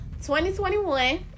2021